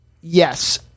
Yes